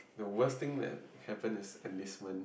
the worst thing that happen is enlistment